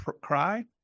cry